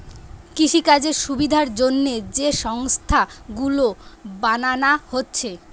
কৃষিকাজের সুবিধার জন্যে যে সংস্থা গুলো বানানা হচ্ছে